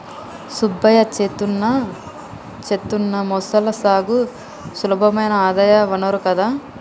సుబ్బయ్య చేత్తున్న మొసళ్ల సాగు సులభమైన ఆదాయ వనరు కదా